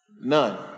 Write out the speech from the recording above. None